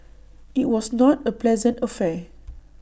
IT was not A pleasant affair